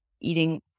eating